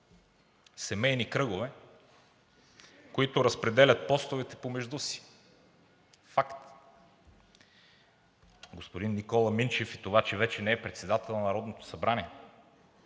Семейни кръгове, които разпределят постовете помежду си. Факт! Господин Никола Минчев и това, че вече не е председател на Народното събрание,